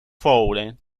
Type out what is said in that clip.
folding